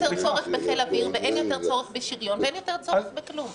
צורך בחיל אוויר ואין יותר צורך בשריון ואין יותר צורך בכלום.